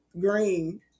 green